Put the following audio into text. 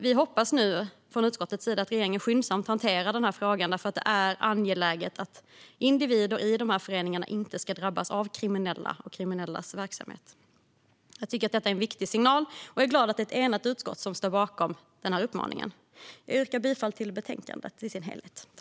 Vi hoppas nu från utskottets sida att regeringen skyndsamt hanterar frågan, för det är angeläget att individer i de här föreningarna inte ska drabbas av kriminella och kriminellas verksamhet. Jag tycker att detta är en viktig signal och är glad att det är ett enat utskott som står bakom den här uppmaningen. Jag yrkar bifall till förslaget i betänkandet i dess helhet.